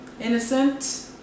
innocent